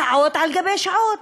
שעות על גבי שעות.